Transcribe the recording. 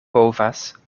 povas